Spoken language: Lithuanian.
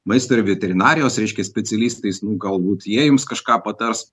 maisto ir veterinarijos reiškia specialistais nu gal būt jie jums kažką patars